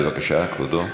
בבקשה, כבודו.